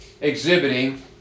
exhibiting